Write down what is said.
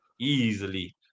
easily